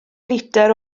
litr